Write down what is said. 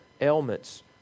ailments